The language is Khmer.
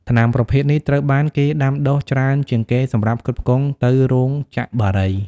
ថ្នាំប្រភេទនេះត្រូវបានគេដាំដុះច្រើនជាងគេសម្រាប់ផ្គត់ផ្គង់ទៅរោងចក្របារី។